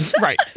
Right